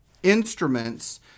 instruments